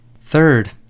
Third